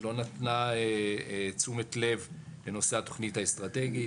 לא נתנה תשומת לב לנושא התוכנית האסטרטגית,